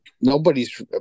nobody's –